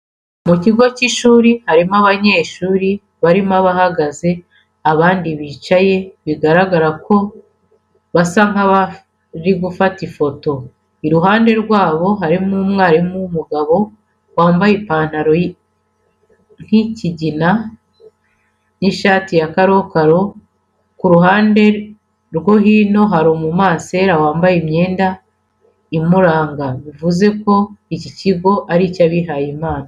Mu kigo cy'ishuri harimo abanyeshuri barimo abahagaze, abandi bicaye bigaragara ko basa nk'abari gufata ifoto. Iruhande rwabo hari umwarimu w'umugabo wambaye ipantaro isa nk'ikigina ndetse n'ishati ya karokaro, ku ruhande rwo hino hari umumasera wambaye imyenda imuranga, bivuze iki kigo ari icy'abihaye Imana.